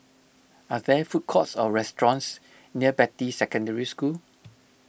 are there food courts or restaurants near Beatty Secondary School